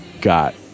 got